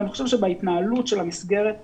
אני חושב שבהתנהלות של המסגרת עצמה,